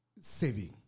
saving